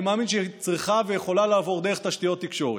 אני מאמין שהיא צריכה ויכולה לעבור דרך תשתיות תקשורת.